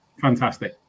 fantastic